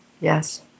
Yes